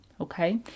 Okay